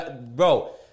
Bro